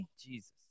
Jesus